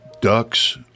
ducks